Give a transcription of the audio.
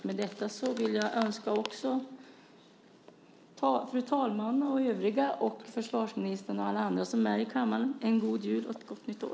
Med detta vill jag önska fru talman, försvarsministern och alla andra som är i kammaren en god jul och ett gott nytt år.